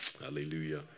Hallelujah